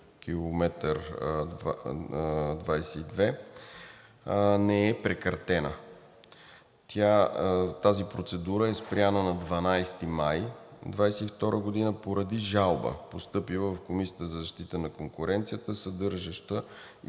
км 22 не е прекратена. Тази процедура е спряна на 12 май 2022 г. поради жалба, постъпила в Комисията за защита на конкуренцията, съдържаща